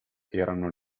erano